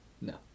No